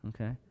okay